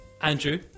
Andrew